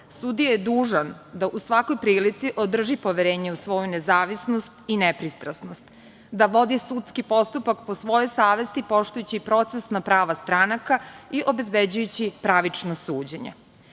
Sudija je dužan da u svakoj prilici održi poverenje i svoju nezavisnost i nepristrasnost, da vodi sudski postupak po svojoj savesti, poštujući procesna prava stranaka i obezbeđujući pravično suđenje. Na